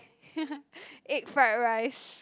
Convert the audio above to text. egg fried rice